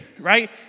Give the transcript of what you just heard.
right